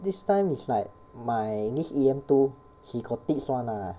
this time is like my this E_M two he got teach [one] lah